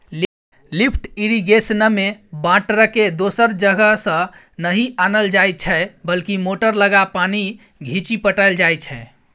lift इरिगेशनमे बाटरकेँ दोसर जगहसँ नहि आनल जाइ छै बल्कि मोटर लगा पानि घीचि पटाएल जाइ छै